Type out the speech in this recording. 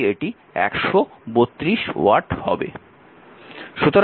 তাই এটি 132 ওয়াট হবে